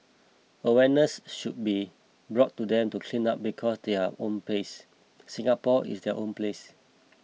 awareness should be brought to them to clean up because their own place Singapore is their own place